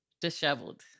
disheveled